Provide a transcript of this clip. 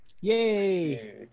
Yay